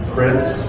Prince